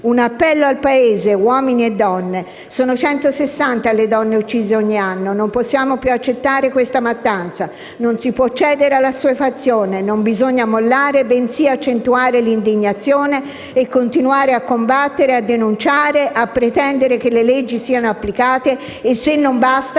Un appello al Paese, uomini e donne: sono 160 le donne uccise ogni anno, e non possiamo più accettare questa mattanza. Non si può cedere all'assuefazione, non bisogna mollare, bensì accentuare l'indignazione e continuare a combattere, a denunciare, a pretendere che le leggi siano applicate e, se non bastano,